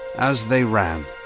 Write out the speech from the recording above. as they ran,